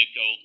go